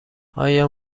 آیا